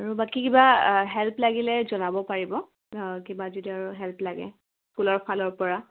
আৰু বাকী কিবা হেল্প লাগিলে জনাব পাৰিব কিবা যদি আৰু হেল্প লাগে স্কুলৰফালৰপৰা